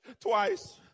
twice